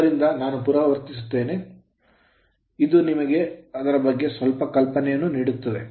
ಆದ್ದರಿಂದ ನಾನು ಪುನರಾವರ್ತಿಸಲು ಹೋಗುವುದಿಲ್ಲ ಇದು ನಿಮಗೆ ಅದರ ಬಗ್ಗೆ ಸ್ವಲ್ಪ ಕಲ್ಪನೆಯನ್ನು ನೀಡುತ್ತದೆ